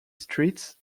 streets